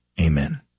Amen